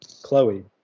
Chloe